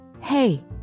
hey